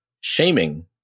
shaming